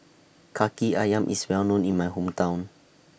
Kaki Ayam IS Well known in My Hometown